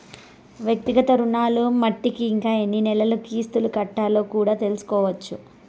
వ్యక్తిగత రుణాలు మట్టికి ఇంకా ఎన్ని నెలలు కిస్తులు కట్టాలో కూడా తెల్సుకోవచ్చు